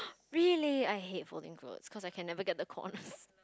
really I hate folding clothes cause I can never get the corners